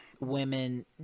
women